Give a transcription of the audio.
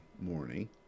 morning